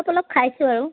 ঔষধ অলপ খাইছোঁ আৰু